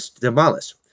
demolished